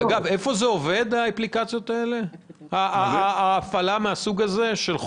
אגב, איפה יש הפעלת חובה מהסוג הזה?